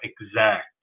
exact